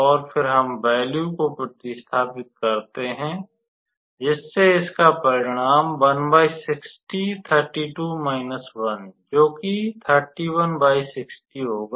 और फिर हम वैल्यू को प्रतिस्थापित करते हैं और इसका परिणाम 3160 होगा